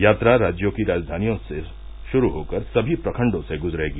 यात्रा राज्यों की राजधानियों से शुरू होकर सभी प्रखंडों से ग्जरेगी